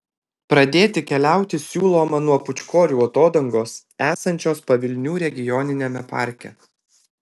pradėti keliauti siūloma nuo pūčkorių atodangos esančios pavilnių regioniniame parke